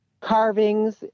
carvings